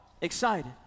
excited